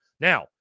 Now